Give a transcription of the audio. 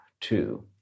two